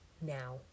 now